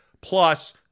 plus